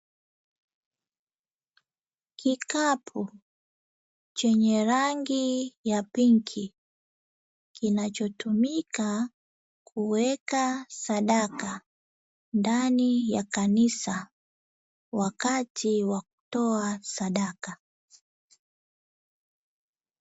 Kikapu chenye rangi ya pinki, kinachotumika kuweka sadaka ndani ya kanisa wakati wa kutoa sadaka.